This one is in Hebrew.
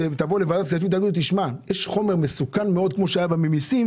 לוועדת הכספים ותאמרו שיש חומר מסוכן מאוד כמו שהיה בממיסים